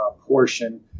portion